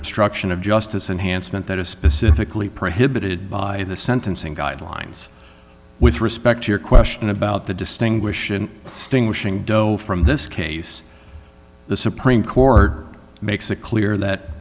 obstruction of justice enhanced meant that is specifically prohibited by the sentencing guidelines with respect to your question about the distinguish sting wishing dough from this case the supreme court makes it clear that